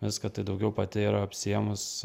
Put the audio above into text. viską tai daugiau pati yra apsiėmus